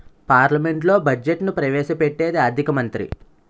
పార్లమెంట్లో బడ్జెట్ను ప్రవేశ పెట్టేది ఆర్థిక మంత్రి